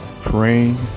praying